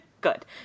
Good